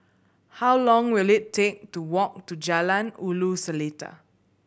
how long will it take to walk to Jalan Ulu Seletar